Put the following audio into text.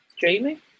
Jamie